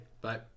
Bye